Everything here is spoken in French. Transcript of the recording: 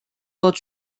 vingt